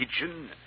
kitchen